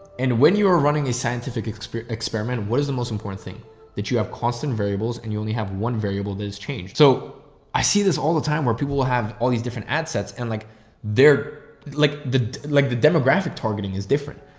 and when you are running a scientific experiment, what is the most important thing that you have? constant variables and you only have one variable that has changed. so i see this all the time where people will have all these different ad sets and like they're like the like the demographic targeting is different,